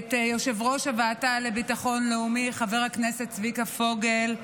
את יושב-ראש הוועדה לביטחון לאומי חבר הכנסת צביקה פוגל,